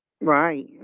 Right